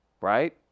right